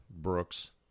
Brooks